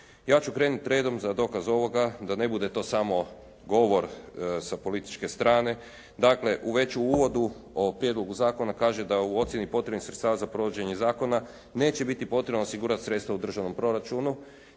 Ja ću krenuti redom za dokaz ovoga da ne bude to samo govor sa političke strane. Dakle, već u uvodu u prijedlogu zakona kaže da u ocjeni potrebnih sredstava za provođenje zakona neće biti potrebno osigurati sredstva u državnom proračunu